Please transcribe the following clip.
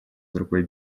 другой